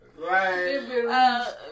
Right